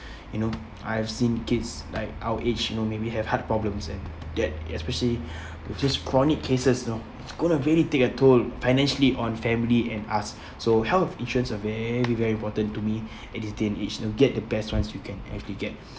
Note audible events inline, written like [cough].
[breath] you know I've seen kids like our age you know maybe have heart problems and that especially [breath] with these chronic cases you know it's going to very take a toll financially on family and us so health insurance are very very important to me [breath] at this day and age know get the best ones you can actually get